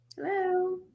Hello